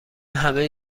همه